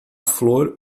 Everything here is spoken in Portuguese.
flor